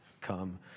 come